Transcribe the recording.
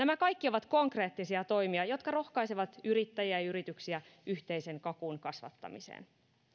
nämä kaikki ovat konkreettisia toimia jotka rohkaisevat yrittäjiä ja yrityksiä yhteisen kakun kasvattamiseen